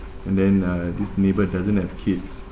and then uh this neighbour doesn't have kids